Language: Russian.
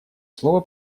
слово